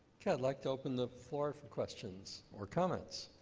ok, i'd like to open the floor for questions or comments.